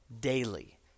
Daily